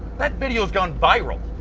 that video's gone viral.